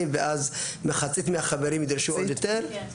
ואז מחצית מהחברים ידרשו עוד יותר --- כן.